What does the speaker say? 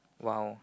!wow!